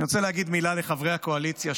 אני רוצה להגיד מילה לחברי הקואליציה,